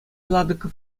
ладыков